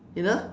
you know